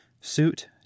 Suit